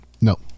no